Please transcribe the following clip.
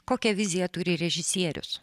kokią viziją turi režisierius